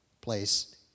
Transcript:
place